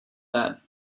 that